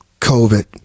covid